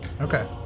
Okay